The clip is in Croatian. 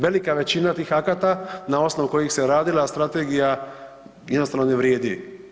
Velika većina tih akata na osnovu kojih se radila strategija jednostavno ne vrijedi.